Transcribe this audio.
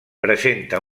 presenta